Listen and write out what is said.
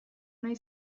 nahi